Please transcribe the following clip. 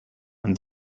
and